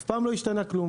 אף פעם לא השתנה כלום.